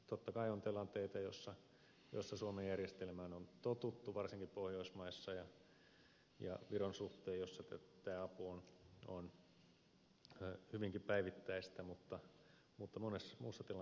totta kai on tilanteita joissa suomen järjestelmään on totuttu varsinkin pohjoismaissa ja viron suhteen joissa tämä apu on hyvinkin päivittäistä mutta monessa muussa tilanteessa ongelmia on